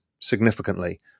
significantly